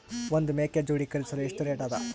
ಒಂದ್ ಮೇಕೆ ಜೋಡಿ ಖರಿದಿಸಲು ರೇಟ್ ಎಷ್ಟ ಅದ?